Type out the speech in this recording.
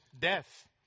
death